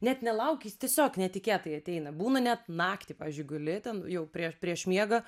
net nelauki jis tiesiog netikėtai ateina būna net naktį pavyzdžiui guli ten jau prie prieš miegą